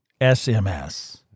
SMS